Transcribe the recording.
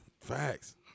Facts